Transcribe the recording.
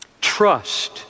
Trust